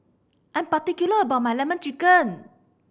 I am particular about my Lemon Chicken